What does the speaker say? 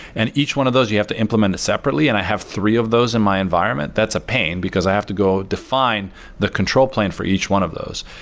and each one of those you have to implement separately, and i have three of those in my environment. that's a pain, because i have to go define the control plane for each one of those.